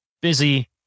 busy